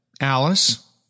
Alice